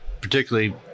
particularly